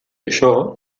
això